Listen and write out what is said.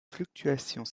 fluctuations